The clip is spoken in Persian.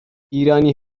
ایرانی